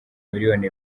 miliyoni